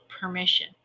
permission